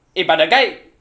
eh but that guy